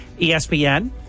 ESPN